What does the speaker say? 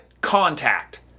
contact